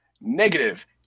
Negative